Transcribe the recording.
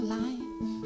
life